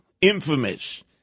infamous